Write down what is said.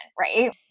right